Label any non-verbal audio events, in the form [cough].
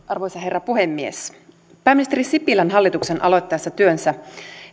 [unintelligible] arvoisa herra puhemies pääministeri sipilän hallituksen aloittaessa työnsä